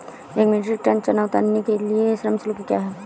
एक metric ton चना उतारने के लिए श्रम शुल्क क्या है?